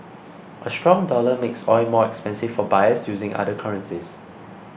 a strong dollar makes oil more expensive for buyers using other currencies